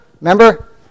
remember